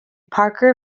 parker